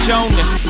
Jonas